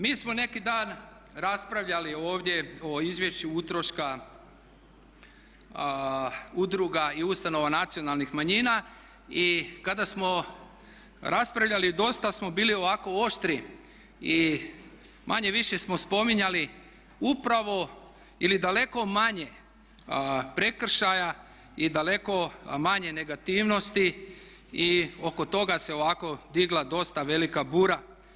Mi smo neki dan raspravljali ovdje o izvješću utroška udruga i ustanova nacionalnih manjina i kada smo raspravljali dosta smo bili ovako oštri i manje-više smo spominjali upravo ili daleko manje prekršaja i daleko manje negativnosti i oko toga se ovako digla dosta velika bura.